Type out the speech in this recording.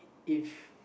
if